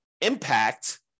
impact